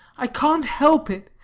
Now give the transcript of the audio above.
i can't help it.